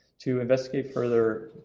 to investigate further,